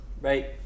Right